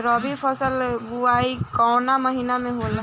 रबी फसल क बुवाई कवना महीना में होला?